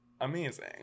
amazing